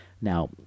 now